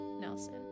Nelson